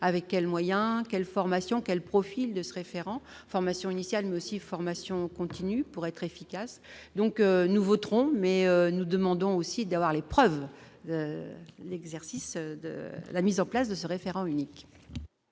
avec quels moyens quelles formations, quels profils de se référant formation initiale mais aussi formation continue pour être efficace, donc nous voterons mais nous demandons aussi d'avoir les preuves de l'exercice de la mise en place de ce référent unique.